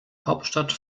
hauptstadt